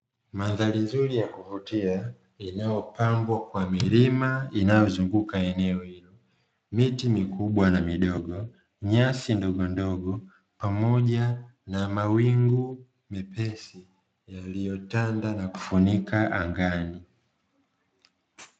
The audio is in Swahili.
Mandhari nzuri ya kuvutia inayopambwa kwa milima inayozunguka eneo hilo, miti mikubwa na midogo, nyasi ndogondogo pamoja na mawingu mepesi yaliyotanda na kufunika angani.